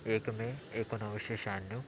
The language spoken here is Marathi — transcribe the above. एक मे एकोणवीसशे शहाण्णव